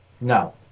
No